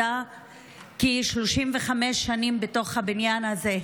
היא עבדה כ-35 שנים בבניין הזה.